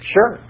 Sure